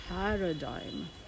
paradigm